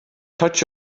touch